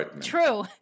True